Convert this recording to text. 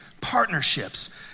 Partnerships